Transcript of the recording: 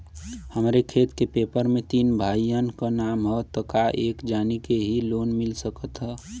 हमरे खेत के पेपर मे तीन भाइयन क नाम ह त का एक जानी के ही लोन मिल सकत ह?